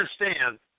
understand